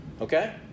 okay